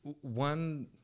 one